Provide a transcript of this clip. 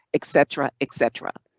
et cetera, et cetera.